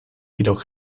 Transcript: jedoch